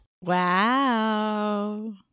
Wow